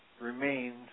remains